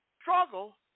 struggle